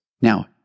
Now